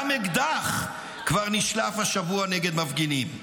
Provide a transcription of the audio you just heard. גם אקדח כבר נשלף השבוע נגד מפגינים.